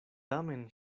tamen